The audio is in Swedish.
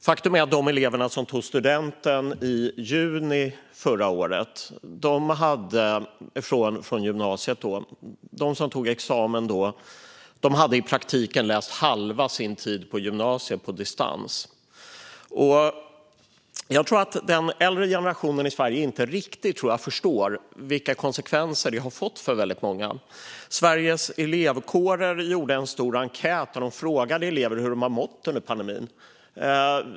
Faktum är att de elever som tog studenten i juni förra året i praktiken hade läst halva sin gymnasietid på distans. Jag tror att den äldre generationen i Sverige inte riktigt förstår vilka konsekvenser det har fått för väldigt många. Sveriges Elevkårer gjorde en stor enkät där de frågade elever hur de har mått under pandemin.